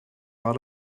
war